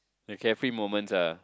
the carefree moments ah